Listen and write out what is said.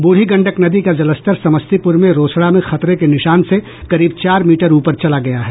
बूढ़ी गंडक नदी का जलस्तर समस्तीपुर में रोसड़ा में खतरे के निशान से करीब चार मीटर ऊपर चला गया है